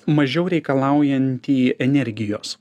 mažiau reikalaujantį energijos